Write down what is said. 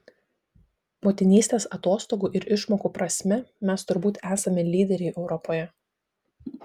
motinystės atostogų ir išmokų prasme mes turbūt esame lyderiai europoje